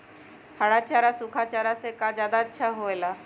हरा चारा सूखा चारा से का ज्यादा अच्छा हो ला?